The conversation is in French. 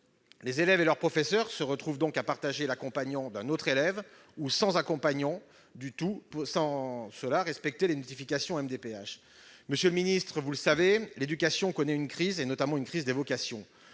Les élèves et leurs professeurs se retrouvent donc à partager l'accompagnant d'un autre élève, ou sans accompagnant du tout, sans respecter les notifications MDPH. Monsieur le ministre, vous le savez, l'éducation connaît une crise, notamment une crise des vocations.